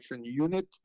unit